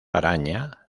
araña